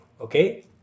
okay